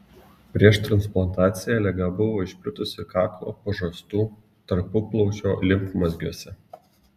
prieš transplantaciją liga buvo išplitusi kaklo pažastų tarpuplaučio limfmazgiuose